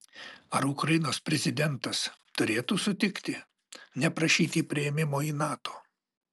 ar ukrainos prezidentas turėtų sutikti neprašyti priėmimo į nato